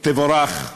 תבורך.